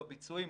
בביצועים,